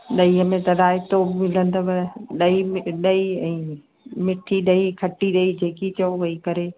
दहीअ में त राइतो मिलंदव दही में ॾही मिट्ठी ॾही खट्टी ॾही जेकी चओ वेही करे